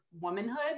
womanhood